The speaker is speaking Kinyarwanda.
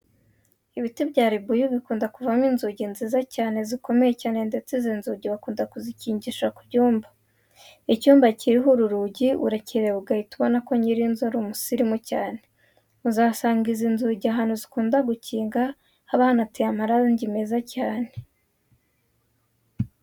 Ibiti bya ribuyu bikunda kuvamo inzugi nziza kandi zikomeye cyane ndetse izi nzugi bakunda kuzikingisha ku byumba. Icyumba kiriho uru rugi urakireba ugahita ubona ko nyir'inzu ari umusirimu cyane. Uzasanga izi nzugi ahantu zikunda gukinga haba hanateye amarangi meza cyane.